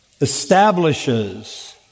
establishes